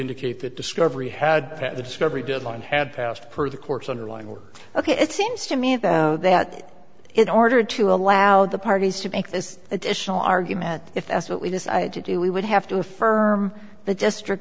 indicate that discovery had the discovery deadline had passed per the court's underlying work ok it seems to me though that in order to allow the parties to make this additional argument if that's what we decide to do we would have to affirm the district